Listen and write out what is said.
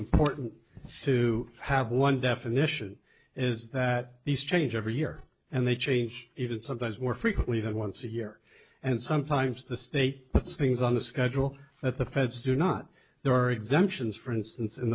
important to have one definition is that these change every year and they change even sometimes more frequently than once a year and sometimes the state puts things on the schedule that the feds do not there are exemptions for instance in